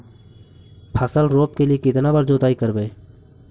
फसल रोप के लिय कितना बार जोतई करबय?